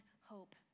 hope